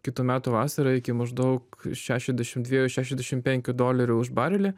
kitų metų vasarą iki maždaug šešiasdešimt dviejų šešiasdešimt penkių dolerių už barelį